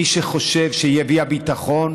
מי שחושב שהיא הביאה ביטחון,